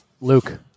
luke